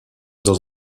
dans